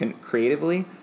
creatively